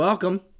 Welcome